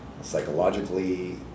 psychologically